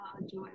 enjoy